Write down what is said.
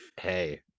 Hey